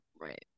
right